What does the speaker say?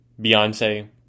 Beyonce